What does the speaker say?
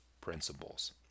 principles